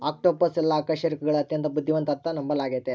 octopus ಎಲ್ಲಾ ಅಕಶೇರುಕಗುಳಗ ಅತ್ಯಂತ ಬುದ್ಧಿವಂತ ಅಂತ ನಂಬಲಾಗಿತೆ